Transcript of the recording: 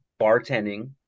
bartending